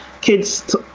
kids